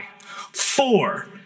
Four